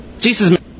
Jesus